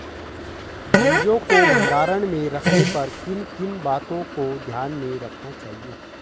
बीजों को भंडारण में रखने पर किन किन बातों को ध्यान में रखना चाहिए?